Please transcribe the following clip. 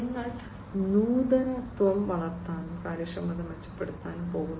നിങ്ങൾ നൂതനത്വം വളർത്താനും കാര്യക്ഷമത മെച്ചപ്പെടുത്താനും പോകുന്നു